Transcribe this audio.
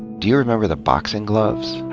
do you remember the boxing gloves?